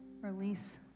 release